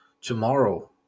tomorrow